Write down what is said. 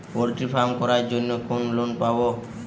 Poultry farm করার জন্য কোন লোন পাব?